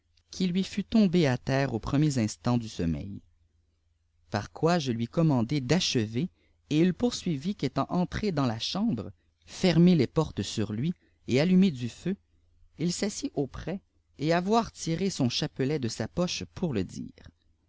qui lui fût tombée à terre au premier instant du sommeil par quoi je hii commandai d'achever et il poursuivit qu'étant entré dans la chambre fermé les portes sur lui et allumé du feu il s'assied auprès et avoir tiré son chapelet de sa poche pour le dire